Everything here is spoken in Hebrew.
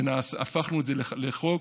והפכנו את זה לחוק.